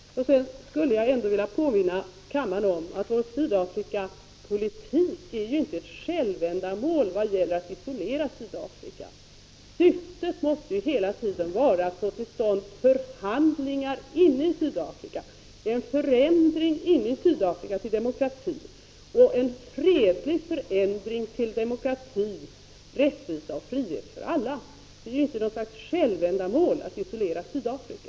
Jag vill påminna kammaren om att det i vår Sydafrikapolitik inte är ett självändamål att isolera Sydafrika. Syftet måste hela tiden vara att få till stånd förhandlingar inne i Sydafrika, att få till stånd en fredlig förändring till demokrati, rättvisa och frihet för alla. Det är inte något självändamål att isolera Sydafrika.